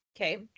Okay